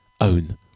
own